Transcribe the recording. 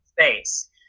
space